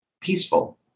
peaceful